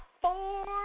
four